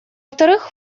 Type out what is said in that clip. вторых